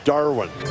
Darwin